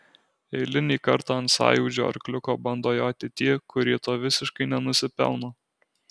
eilinį kartą ant sąjūdžio arkliuko bando joti tie kurie to visiškai nenusipelno